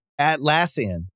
Atlassian